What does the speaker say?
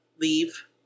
leave